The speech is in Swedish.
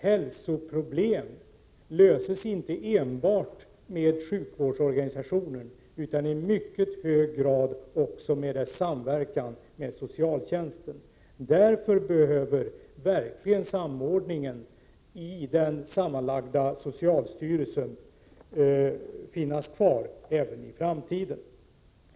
Hälsoproblem löses inte enbart genom sjukvårdsorganisationen utan i mycket hög grad också genom dess samverkan med socialtjänsten. Därför behöver samordningen i den sammanslagna socialstyrelsen finnas kvar även i framtiden.